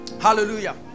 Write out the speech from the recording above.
hallelujah